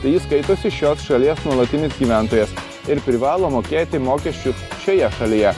tai jis skaitosi šios šalies nuolatinis gyventojas ir privalo mokėti mokesčius šioje šalyje